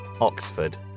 Oxford